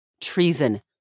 Treason